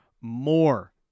more